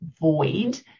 void